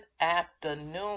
afternoon